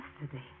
Yesterday